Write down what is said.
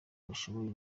bashoboye